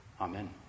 amen